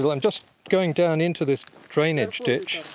i'm just going down into this drainage ditch